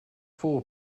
four